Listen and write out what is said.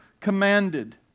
commanded